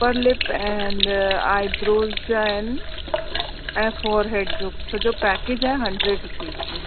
upper lip and eyebrows जा आहिनि ऐं फ़ॉरहेड जो सॼो पैकेज आहे हंड्रेड रुपीस में